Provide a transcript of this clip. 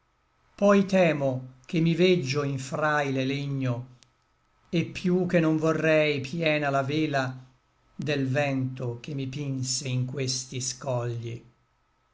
poi temo ché mi veggio in fraile legno et piú che non vorrei piena la vela del vento che mi pinse in questi scogli